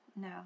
No